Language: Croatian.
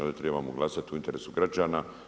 Ovdje trebamo glasovati u interesu građana.